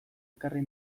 ekarri